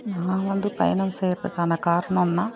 நான் வந்து பயணம் செய்கிறதுக்கான காரணம்னா